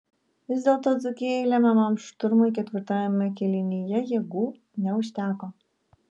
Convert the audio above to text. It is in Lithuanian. vis dėlto dzūkijai lemiamam šturmui ketvirtajame kėlinyje jėgų neužteko